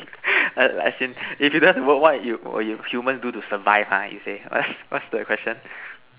as in it depends on what you you humans do to survive ah you say what's what's the question